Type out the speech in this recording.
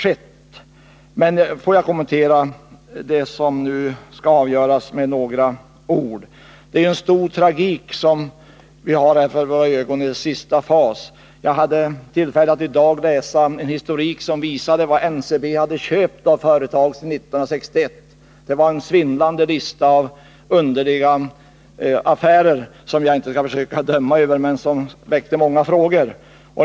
Låt mig ändå kommentera det som nu skall avgöras med några ord. Det som vi nu har inför våra ögon är en stor tragik i dess sista fas. Jag hade i dag tillfälle att läsa en historik som visade vilka företag NCB hade köpt sedan 1961. Det var en svindlande lista över underliga affärer, som jag inte skall döma över men som väckte många frågor.